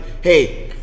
hey